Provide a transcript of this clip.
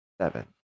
Seven